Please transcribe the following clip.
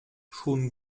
schon